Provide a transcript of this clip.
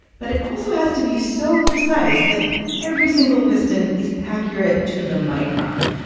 but it also has to be so precise that every single piston is accurate to the micron.